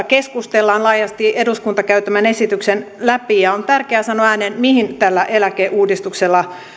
keskustellaan laajasti eduskunta käy tämän esityksen läpi ja on tärkeää sanoa ääneen mihin tällä eläkeuudistuksella